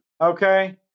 okay